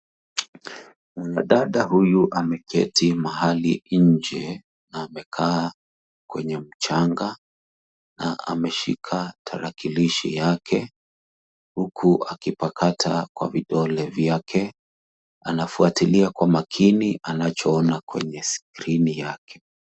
Mwanadada huyu ameketi mahali nje, na amekaa kwenye mchanga, na ameshika tarakilishi yake, huku akipakata kwa vidole vyake. Anafuatilia kwa makini anachoona kwenye skirini yake.